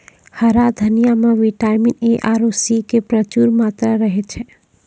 हरा धनिया मॅ विटामिन ए आरो सी के प्रचूर मात्रा रहै छै